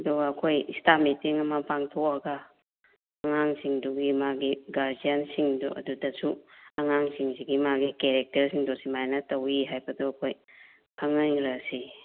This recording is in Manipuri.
ꯑꯗꯨꯒ ꯑꯩꯈꯣꯏ ꯏꯁꯇꯥꯞ ꯃꯤꯇꯤꯡ ꯑꯃ ꯄꯥꯡꯊꯣꯛꯑꯒ ꯑꯉꯥꯡꯁꯤꯡꯗꯨꯒꯤ ꯃꯥꯒꯤ ꯒꯥꯔꯖ꯭ꯌꯥꯟꯁꯤꯡꯗꯣ ꯑꯗꯨꯗꯁꯨ ꯑꯉꯥꯡꯁꯤꯡꯁꯤꯒꯤ ꯃꯥꯒꯤ ꯀꯦꯔꯦꯛꯇꯔꯁꯤꯡꯗꯣ ꯁꯨꯃꯥꯏꯅ ꯇꯧꯋꯤ ꯍꯥꯏꯕꯗꯣ ꯑꯩꯈꯣꯏ ꯈꯪꯍꯜꯂꯁꯤ